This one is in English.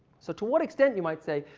so to what extent, you might say,